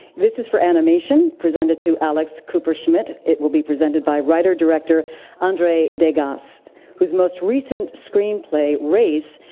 this is for animation, presented to alex kuperschmidt. it will be presented by writer-director andre degas whose most recent screenplay, race,